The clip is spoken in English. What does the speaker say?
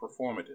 performative